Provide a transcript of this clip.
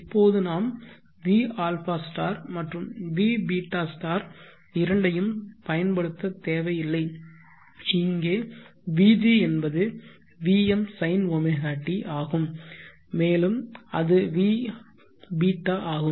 இப்போது நாம் vα மற்றும் vβ இரண்டையும் பயன்படுத்தத் தேவையில்லை இங்கே vg என்பது vm sinωt ஆகும் மேலும் அது vβ ஆகும்